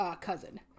cousin